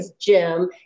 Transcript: Jim